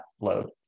load